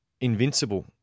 invincible